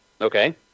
Okay